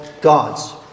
gods